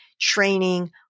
training